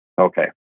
Okay